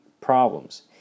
problems